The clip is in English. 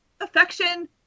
affection